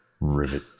Rivet